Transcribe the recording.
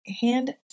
hand